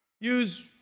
use